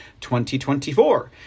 2024